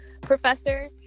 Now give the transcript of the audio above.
professor